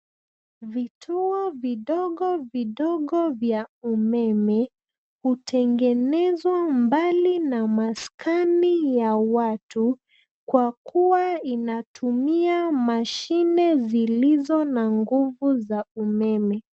Vituo vidogo vidogo vya umeme hutengenezwa mbali na maskani ya watu kwa kuwa inatumia mashine zilizo na nguvu za umeme.